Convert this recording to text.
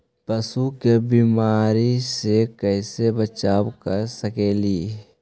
पशु के बीमारी से कैसे बचाब कर सेकेली?